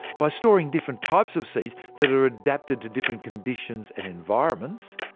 by storing different types of seeds that are adapted to different conditions and environments,